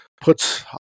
puts